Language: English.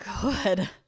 good